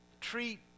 treat